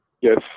Yes